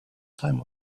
time